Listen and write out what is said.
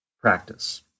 practice